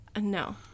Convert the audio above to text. No